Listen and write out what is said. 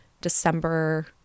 December